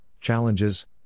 challenges